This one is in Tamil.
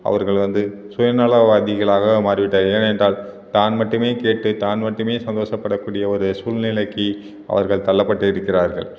அவர்கள் வந்து சுயநலவாதிகளாக மாறிவிட்டார் ஏனென்றால் தான் மட்டுமே கேட்டு தான் மட்டுமே சந்தோஷப்பட கூடிய ஒரு சூழ்நிலைக்கி அவர்கள் தள்ளிப்பட்டு இருக்கிறார்கள்